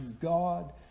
God